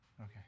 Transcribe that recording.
Okay